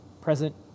Present